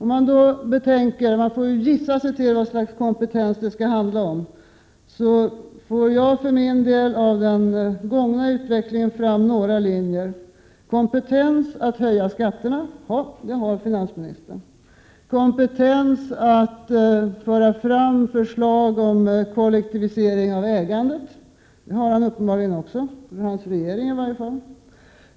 Man får gissa sig till vilket slags kompetens det skall handla om. För min del får jag fram några linjer av den gångna utvecklingen. Kompetens att höja skatterna — det har finansministern. Kompetens att föra fram förslag om kollektivisering av ägandet — det har han, eller i varje fall hans regering, uppenbarligen också.